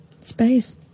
Space